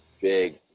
big